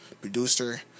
producer